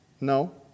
no